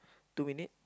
two minute